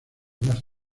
más